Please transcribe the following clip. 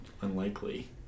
unlikely